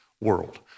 world